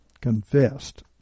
confessed